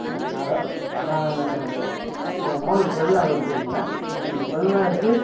hello நான் என் மவனுக்கு பிறந்த நாள் வச்சுருக்கேன் அந்த பிறந்த நாளுக்கு